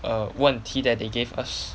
err 问题 that they gave us